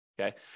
okay